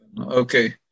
Okay